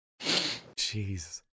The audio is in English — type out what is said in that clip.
Jeez